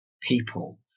people